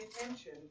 attention